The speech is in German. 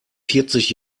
vierzig